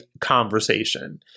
conversation